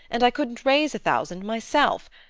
and i couldn't raise a thousand myself.